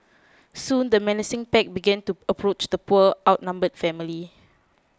soon the menacing pack began to approach the poor outnumbered family